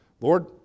Lord